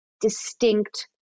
distinct